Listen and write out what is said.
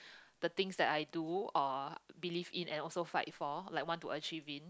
the things that I do or believe in and also fight for like want to achieve in